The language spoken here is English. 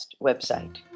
website